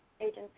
agency